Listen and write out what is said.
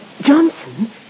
Johnson